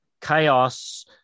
chaos